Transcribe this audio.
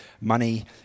money